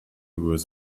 with